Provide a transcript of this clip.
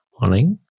morning